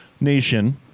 Nation